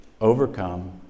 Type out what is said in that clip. overcome